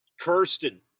Kirsten